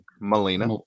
Melina